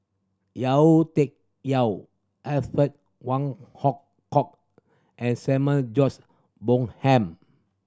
Yau Tian Yau Alfred Wong Hong Kwok and Samuel George Bonham